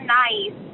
nice